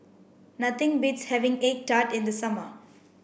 nothing beats having egg tart in the summer